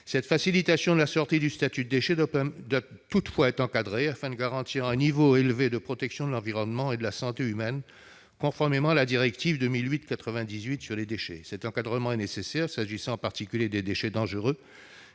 Cette facilitation de la sortie du statut de déchet doit toutefois être encadrée, afin de garantir un niveau élevé de protection de l'environnement et de la santé humaine, conformément à la directive 2008/98 sur les déchets. Cet encadrement est nécessaire s'agissant en particulier des déchets dangereux